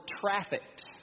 trafficked